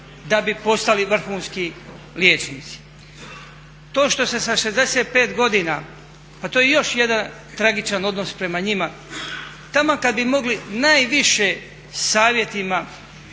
da bi postali vrhunski liječnici. To što se sa 65 godina, pa to je još jedan tragičan odnos prema njima. Taman kad bi mogli najviše savjetima,